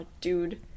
dude